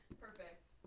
Perfect